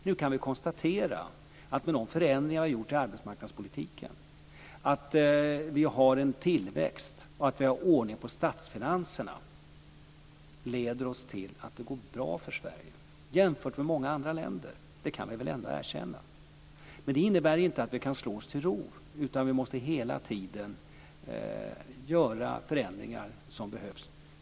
Nu kan vi konstatera att med de förändringar som har gjorts i arbetsmarknadspolitiken att det har skett en tillväxt och att det är ordning på statsfinanserna leder till att det går bra för Sverige jämfört med många andra länder. Det kan vi väl ändå erkänna? Men det innebär inte att vi kan slå oss till ro. Vi måste hela tiden vidta de förändringar som behövs.